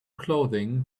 clothing